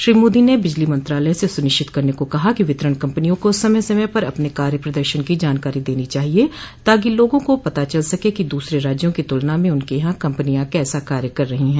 श्री मोदी ने बिजली मंत्रालय से सुनिश्चित करने को कहा कि वितरण कम्पनियों को समय समय पर अपने कार्य प्रदर्शन की जानकारी देनी चाहिए ताकि लोगों को पता चल सके कि दूसरे राज्यों की तुलना में उनके यहां कम्पनियां कैसा कार्य कर रही हैं